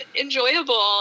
enjoyable